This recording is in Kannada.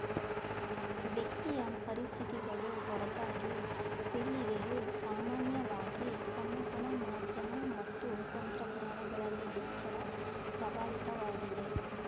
ವ್ಯಕ್ತಿಯ ಪರಿಸ್ಥಿತಿಗಳು ಹೊರತಾಗಿ ಪೀಳಿಗೆಯು ಸಾಮಾನ್ಯವಾಗಿ ಸಂವಹನ ಮಾಧ್ಯಮ ಮತ್ತು ತಂತ್ರಜ್ಞಾನಗಳಲ್ಲಿ ಹೆಚ್ಚಳ ಪ್ರಭಾವಿತವಾಗಿದೆ